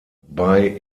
bei